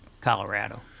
Colorado